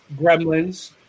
gremlins